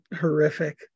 horrific